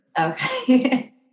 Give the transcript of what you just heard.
Okay